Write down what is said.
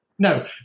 No